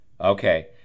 Okay